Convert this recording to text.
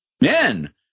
Men